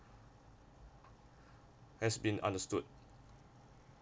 has been understood